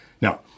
Now